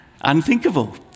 Unthinkable